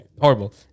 Horrible